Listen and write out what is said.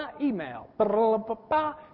Email